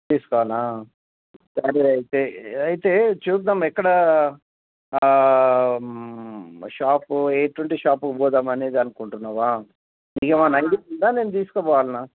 తీసుకోవాలా సరే అయితే అయితే చూద్దాం ఎక్కడ షాపు ఎటువంటి షాపుకి పోదాం అనేది అనుకుంటున్నావా నీకేమైనా ఐడియా ఉందా నేను తీసుకపోవాల్నా